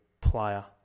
player